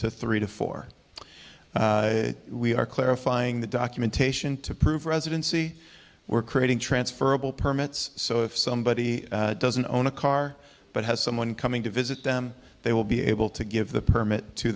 to three to four we are clarifying the documentation to prove residency we're creating transferable permits so if somebody doesn't own a car but has someone coming to visit them they will be able to give the permit to